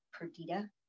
Perdita